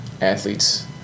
athletes